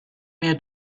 mehr